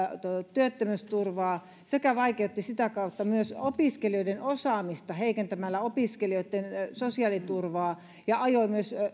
työttömyysturvaa ja vaikeutti opiskelijoiden asemaa heikentämällä opiskelijoitten sosiaaliturvaa ja ajoi myös